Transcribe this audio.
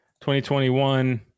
2021